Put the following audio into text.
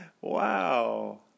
Wow